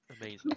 Amazing